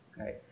Okay